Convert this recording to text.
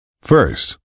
First